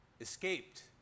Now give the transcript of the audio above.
escaped